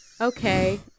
Okay